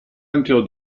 until